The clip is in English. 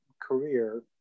career